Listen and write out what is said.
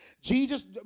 Jesus